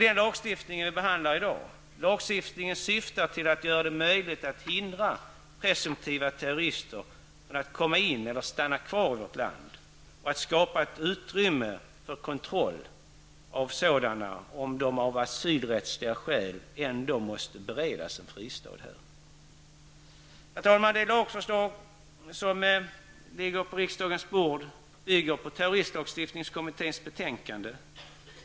Den lagstiftning vi behandlar i dag syftar till att göra det möjligt att förhindra presumtiva terrorister från att komma in eller stanna kvar i vårt land och till att skapa ett utrymme för kontroll av sådana om dessa av asylrättsliga skäl ändå måste beredas en fristad här. Herr talman! Det lagförslag som ligger på riksdagens bord bygger på terroristlagstiftningskommitténs betänkande.